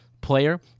player